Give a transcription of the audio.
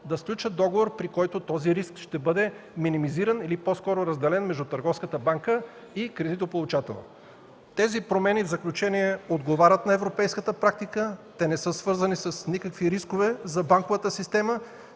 да сключат договор, при който този риск ще бъде минимизиран или по-скоро разделен между търговската банка и кредитополучателя. В заключение – тези промени отговарят на европейската практика. Те не са свързани с никакви рискове за банковата система.